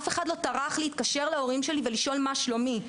אף אחד לא טרח להתקשר להורים שלי ולשאול מה שלומי.